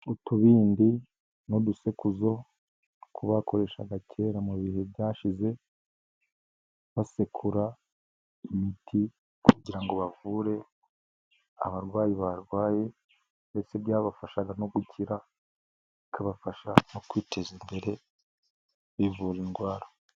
Utubindi n'udusekuzo, utwo bakoreshaga kera mu bihe byashize basekura imiti, kugira ngo bavure abarwayi barwaye, ndetse byabafashaga no gukira, bikabafasha mu kwiteza imbere bivura indwara.